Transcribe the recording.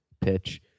pitch